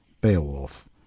beowulf